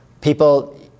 people